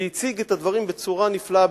הציג את הדברים בצורה נפלאה,